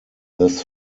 this